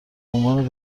عنوان